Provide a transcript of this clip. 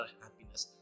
happiness